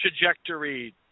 trajectory –